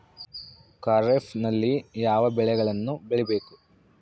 ಖಾರೇಫ್ ನಲ್ಲಿ ಯಾವ ಬೆಳೆಗಳನ್ನು ಬೆಳಿಬೇಕು?